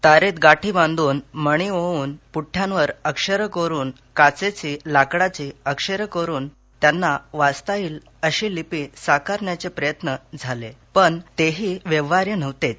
तारेत गाठी बांधून मणी ओवून पुव्वयावर अक्षरं कोरून काचेची लाकडाची अक्षरं कोरून त्यांना वाचता येईल अशि लिपी साकारण्याचे प्रयत्न झाले पण ते ही व्यवहार्य नव्हतेच